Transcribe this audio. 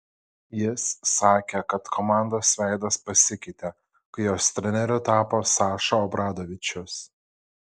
jis sakė kad komandos veidas pasikeitė kai jos treneriu tapo saša obradovičius